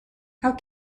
how